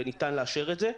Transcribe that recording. וניתן לאשר את זה.